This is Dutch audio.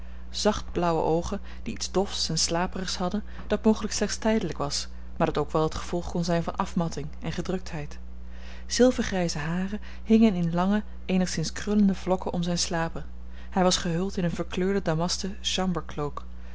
zacht blauwe oogen die iets dofs en slaperigs hadden dat mogelijk slechts tijdelijk was maar dat ook wel het gevolg kon zijn van afmatting en gedruktheid zilvergrijze haren hingen in lange eenigszins krullende vlokken om zijne slapen hij was gehuld in een verkleurden damasten chambercloak